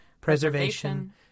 preservation